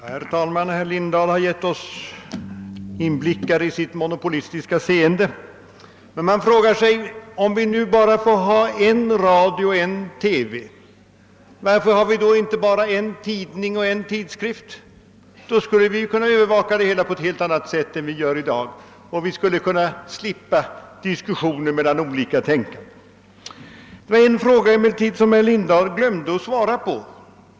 Herr talman! Herr Lindahl har gett oss inblickar i sitt monopolistiska seende. Men om vi nu får ha bara ett radiooch TV-företag, varför har vi då inte bara en tidning och en tidskrift? Då skulle ni kunna övervaka det hela på ett helt annat sätt än ni gör i dag och ni skulle kunna slippa diskussioner mellan oliktänkande. Herr Lindahl glömde emellertid att svara på en fråga som jag ställde.